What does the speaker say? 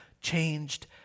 changed